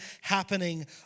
happening